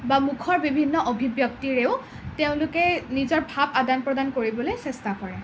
বা মুখৰ বিভিন্ন অভিব্যক্তিৰেও তেওঁলোকে নিজৰ ভাৱ আদান প্ৰদান কৰিবলৈ চেষ্টা কৰে